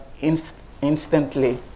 instantly